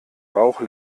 bauch